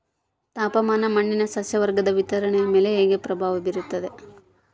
ತಾಪಮಾನ ಮಣ್ಣಿನ ಸಸ್ಯವರ್ಗದ ವಿತರಣೆಯ ಮೇಲೆ ಹೇಗೆ ಪ್ರಭಾವ ಬೇರುತ್ತದೆ?